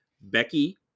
Becky